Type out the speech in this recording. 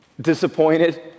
disappointed